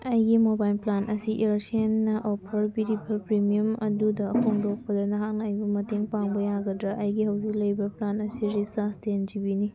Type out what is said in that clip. ꯑꯩꯒꯤ mobile plan ꯑꯁꯤ ꯏꯌꯔꯁꯦꯜꯅ ꯑꯣꯐꯔ ꯄꯤꯔꯤꯕ ꯄ꯭ꯔꯤꯃꯤꯌꯝ ꯑꯗꯨꯗ ꯍꯣꯡꯗꯣꯛꯄꯗ ꯅꯍꯥꯛꯅ ꯑꯩꯕꯨ ꯃꯇꯦꯡ ꯄꯥꯡꯕ ꯌꯥꯒꯗ꯭ꯔꯥ ꯑꯩꯒꯤ ꯍꯧꯖꯤꯛ ꯂꯩꯔꯤꯕ ꯄ꯭ꯂꯥꯟ ꯑꯁꯤ ꯔꯤꯆꯥꯔꯖ ꯇꯦꯟ ꯖꯤ ꯕꯤꯅꯤ